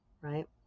right